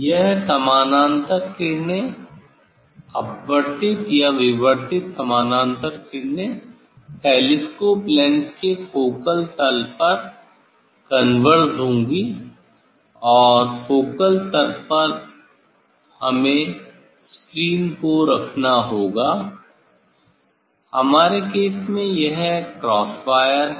यह समानांतर किरणें अपवर्तित या विवर्तित समानांतर किरणें टेलीस्कोप लेंस के फोकल तल पर कन्वर्जड होंगी और फोकल तल पर हमें स्क्रीन को रखना होगा हमारे केस में यह क्रॉस वायर है